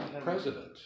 president